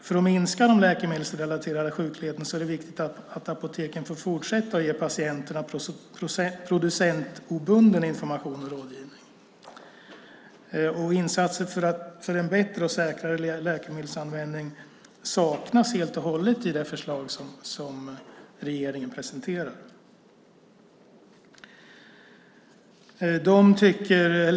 För att minska den läkemedelsrelaterade sjukligheten är det viktigt att apoteken får fortsätta att ge patienterna producentobunden information och rådgivning. Insatser för en bättre och säkrare läkemedelsanvändning saknas helt och hållet i det förslag som regeringen presenterar.